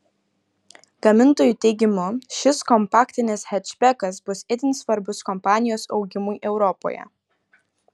gamintojų teigimu šis kompaktinis hečbekas bus itin svarbus kompanijos augimui europoje